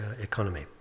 economy